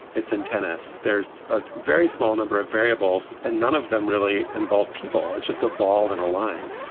it's in tennis. there's a very small number of variables and none of them really involve people. it's just a ball and a line.